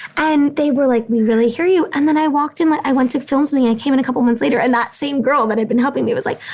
and they were like, we really hear you. and then i walked in like, i went to film something and i came in a couple months later. and that same girl that had been helping me, it was like,